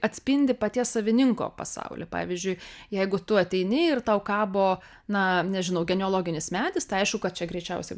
atspindi paties savininko pasaulį pavyzdžiui jeigu tu ateini ir tau kabo na nežinau genealoginis medis tai aišku kad čia greičiausiai